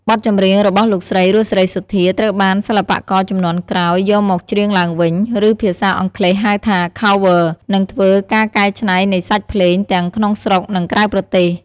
បទចម្រៀងរបស់លោកស្រី រស់ សេរីសុទ្ធា ត្រូវបាន សិល្បករជំនាន់ក្រោយយកមកច្រៀងឡើងវិញ ឬភាសាអង់គ្លេស ហៅថា Cover និងធ្វើ ការកែច្នៃនៃសាច់ភ្លេង ទាំងក្នុងស្រុក និងក្រៅប្រទេស។